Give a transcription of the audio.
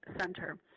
center